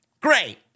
Great